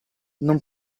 non